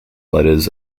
letters